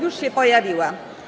Już się pojawiła.